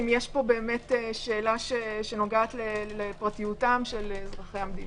אם יש פה שאלה שנוגעת לפרטיותם של אזרחי המדינה.